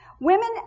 Women